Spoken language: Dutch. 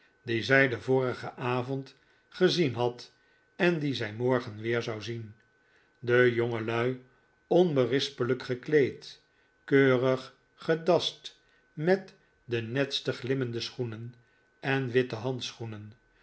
die zij den vorigen avond gezien had en die zij morgen weer zou zien de jongelui onberispelijk gekleed keurig gedast met de netste glimmende schoenen en witte handschoenen